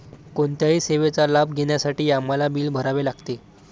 कोणत्याही सेवेचा लाभ घेण्यासाठी आम्हाला बिल भरावे लागते